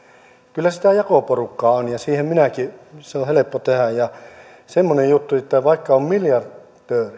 kyllä sitä jakoporukkaa on ja siihen minäkin se on on helppo tehdä ja semmoinen juttu että vaikka on miljardööri